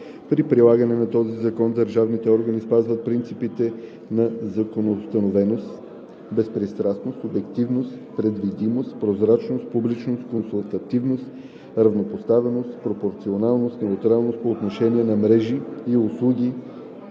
При прилагане на този закон държавните органи спазват принципите на законоустановеност, безпристрастност, обективност, предвидимост, прозрачност, публичност, консултативност, равнопоставеност, пропорционалност, неутралност по отношение на мрежите и услугите